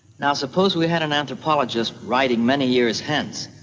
now suppose we had an anthropologist writing many years hence.